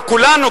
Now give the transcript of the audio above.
אנחנו כולנו,